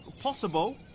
possible